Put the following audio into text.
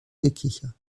gekicher